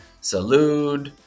salute